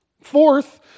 Fourth